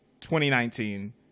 2019